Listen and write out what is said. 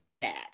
bad